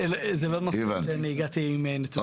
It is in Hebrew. זה לא נושא שאני הגעתי עם נתונים לגביו.